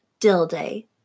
Dilday